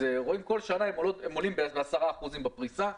בכל שנה הם עולים בערך ב-10% בפריסה.